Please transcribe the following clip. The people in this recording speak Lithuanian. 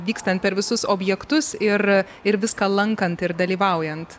vykstant per visus objektus ir ir viską lankant ir dalyvaujant